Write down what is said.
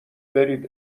برید